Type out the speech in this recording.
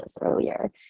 earlier